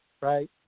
right